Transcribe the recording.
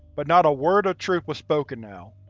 but not a word of truth was spoken now.